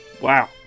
wow